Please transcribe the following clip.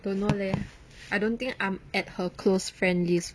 don't know leh I don't think I'm at her close friend list